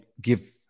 give